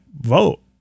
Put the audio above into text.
vote